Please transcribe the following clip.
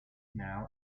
now